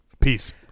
peace